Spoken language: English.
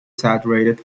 saturated